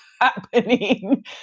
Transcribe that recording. happening